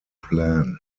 plan